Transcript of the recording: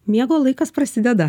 miego laikas prasideda